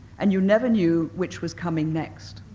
and you never knew which was coming next.